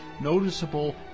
noticeable